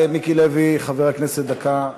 מיקי לוי, חבר הכנסת, דקה.